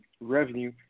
revenue